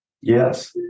Yes